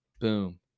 Boom